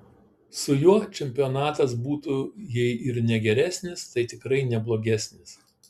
su juo čempionatas būtų jei ir ne geresnis tai tikrai ne blogesnis